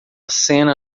cena